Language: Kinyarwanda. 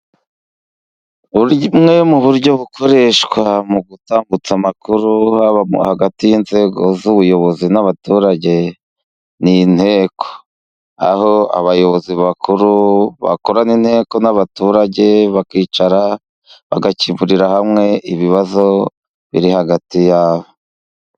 Bumwe mu buryo bukoreshwa mu gutambutsa amakuru haba hagati y'inzego z'ubuyobozi n'abaturage, ni inteko aho abayobozi bakuru bakorana inteko n'abaturage, bakicara bagakemurira hamwe ibibazo biri hagati yabo.